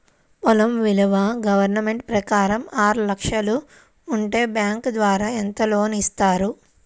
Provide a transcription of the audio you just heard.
పొలం విలువ గవర్నమెంట్ ప్రకారం ఆరు లక్షలు ఉంటే బ్యాంకు ద్వారా ఎంత లోన్ ఇస్తారు?